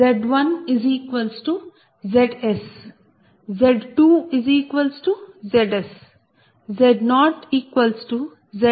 Z1Zs Z2Zs Z0Zs3Zn